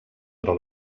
però